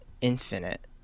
infinite